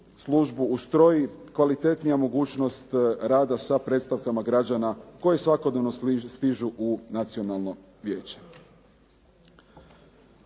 službu ustroji kvalitetnija mogućnost rada sa predstavkama građana koje svakodnevno stižu u Nacionalno vijeće.